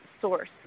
source